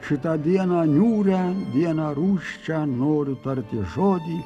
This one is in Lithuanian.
šitą dieną niūrią vieną rūsčią noriu tarti žodį